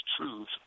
truth